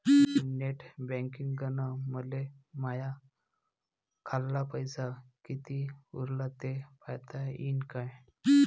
Net बँकिंगनं मले माह्या खाल्ल पैसा कितीक उरला थे पायता यीन काय?